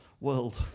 world